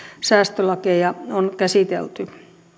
säästölakeja on käsitelty